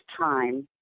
time